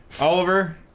oliver